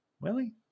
Willie